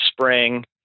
spring